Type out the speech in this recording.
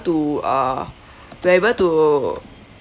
to uh we're able to